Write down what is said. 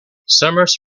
summers